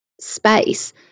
space